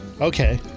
okay